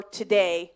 today